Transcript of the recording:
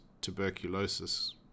tuberculosis